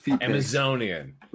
Amazonian